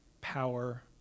power